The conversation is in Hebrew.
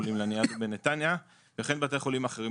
החולים לניאדו בנתניה וכן בתי חולים אחרים.